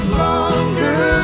longer